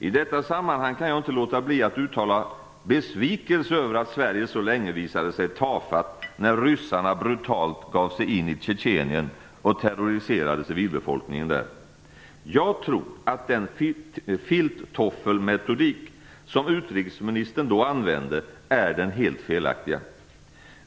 I detta sammanhang kan jag inte låta bli att uttala besvikelse över att Sverige så länge visade sig tafatt när ryssarna brutalt gav sig in i Tjetjenien och terroriserade civilbefolkningen där. Jag tror att den filttoffelmetodik som utrikesministern då använde är helt felaktig.